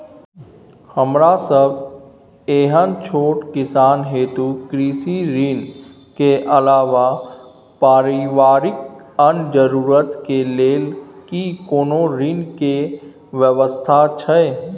हमरा सब एहन छोट किसान हेतु कृषि ऋण के अलावा पारिवारिक अन्य जरूरत के लेल की कोनो ऋण के व्यवस्था छै?